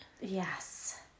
Yes